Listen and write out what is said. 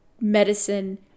Medicine